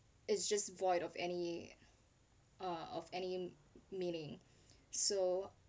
it's just void of any uh of any meaning so